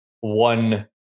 one